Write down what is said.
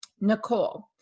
Nicole